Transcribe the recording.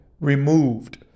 Removed